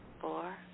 four